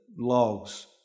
logs